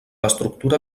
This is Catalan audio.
estructura